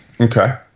Okay